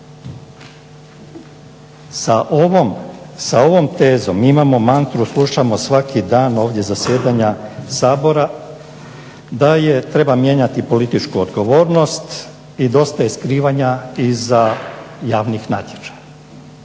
Sa ovom tezom mi imamo mantru, slušamo svaki dan ovdje zasjedanja Sabora da treba mijenjati političku odgovornost i dosta je skrivanja iza javnih natječaja.